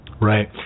right